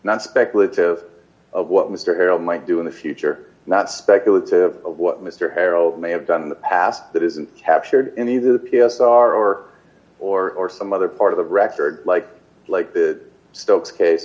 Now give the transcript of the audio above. not speculative of what mr harold might do in the future not speculative of what mr harold may have done in the past that isn't captured in either the p s r or or or some other part of the record like like the stokes case